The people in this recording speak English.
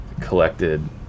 collected